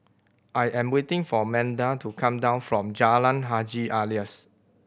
I am waiting for Manda to come down from Jalan Haji Alias